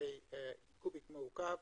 עשרות-אלפי- -- מעוקב